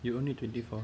you only twenty four